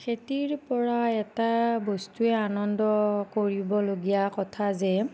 খেতিৰ পৰা এটা বস্তুৱে আনন্দ কৰিবলগীয়া কথা যে